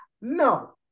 No